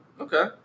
Okay